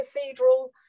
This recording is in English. cathedral